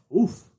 Oof